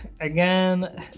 Again